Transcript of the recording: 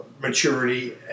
maturity